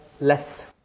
less